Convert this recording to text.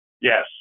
Yes